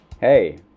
hey